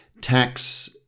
tax